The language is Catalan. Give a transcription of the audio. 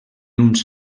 uns